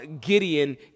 Gideon